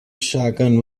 shotgun